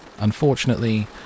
Unfortunately